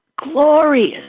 glorious